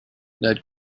ned